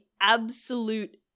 absolute